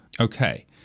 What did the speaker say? Okay